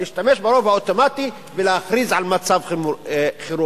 להשתמש באופן אוטומטי ולהכריז על מצב חירום,